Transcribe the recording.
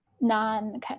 non